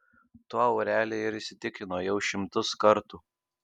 tuo aureli ir įsitikino jau šimtus kartų